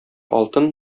алтын